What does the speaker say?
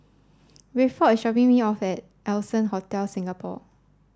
Rayford is dropping me off at Allson Hotel Singapore